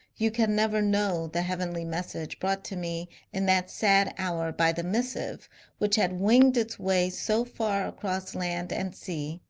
you can never know the heavenly message brought to me in that sad hour by the missive which had winged its way so far across land and sea